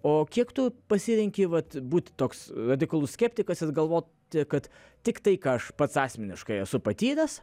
o kiek tu pasirenki vat būti toks radikalus skeptikas ir galvoti kad tiktai ką aš pats asmeniškai esu patyręs